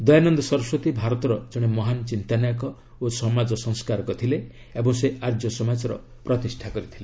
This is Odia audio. ଦୟାନନ୍ଦ ସରସ୍ପତୀ ଭାରତର ଜଣେ ମହାନ ଚିନ୍ତାନାୟକ ଓ ସମାଜ ସଂସ୍କାରକ ଥିଲେ ଏବଂ ସେ ଆର୍ଯ୍ୟସମାଜର ପ୍ରତିଷ୍ଣା କରିଥିଲେ